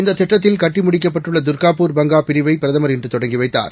இந்ததிட்டத்தில்கட்டிமுடிக் கப்பட்டுள்ளதுர்காபூர் பங்காபிரிவை பிரதமர்இன்றுதொடங்கிவைத்தார்